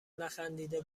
نخندیده